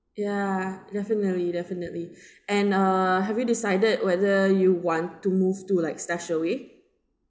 ya definitely definitely and uh have you decided whether you want to move to like stashaway